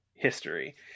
history